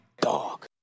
Dog